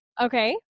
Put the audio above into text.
Okay